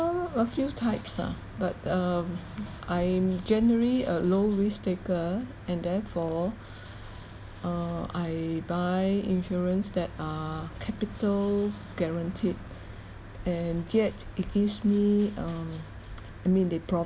err a few types lah but um I'm generally a low risk taker and therefore uh I buy insurance that are capital guaranteed and yet it gives me um I mean they